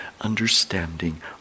understanding